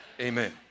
Amen